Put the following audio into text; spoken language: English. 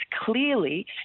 clearly